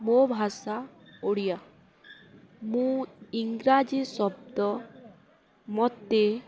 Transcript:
ମୋ ଭାଷା ଓଡ଼ିଆ ମୁଁ ଇଂରାଜୀ ଶବ୍ଦ ମୋତେ